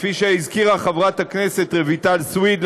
כפי שהזכירה חברת הכנסת סויד,